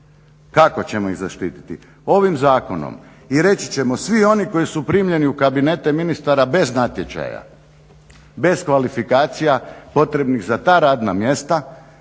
Kako ćemo iz zaštiti? Ovim zakonom i reći ćemo svi oni koji su primljeni u kabinete ministara bez natječaja, bez kvalifikacija potrebnih za ta radna mjesta